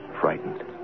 Frightened